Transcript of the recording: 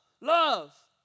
love